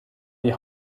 die